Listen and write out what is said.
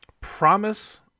Promise